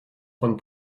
von